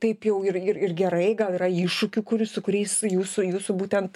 taip jau ir ir ir gerai gal yra iššūkių kurių su kuriais jūsų jūsų būtent